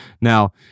Now